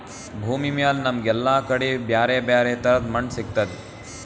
ಭೂಮಿಮ್ಯಾಲ್ ನಮ್ಗ್ ಎಲ್ಲಾ ಕಡಿ ಬ್ಯಾರೆ ಬ್ಯಾರೆ ತರದ್ ಮಣ್ಣ್ ಸಿಗ್ತದ್